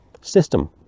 system